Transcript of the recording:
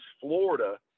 Florida